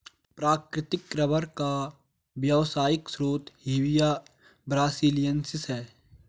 प्राकृतिक रबर का व्यावसायिक स्रोत हेविया ब्रासिलिएन्सिस है